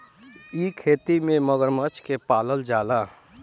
इ खेती में मगरमच्छ के पालल जाला